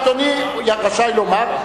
אדוני רשאי לומר,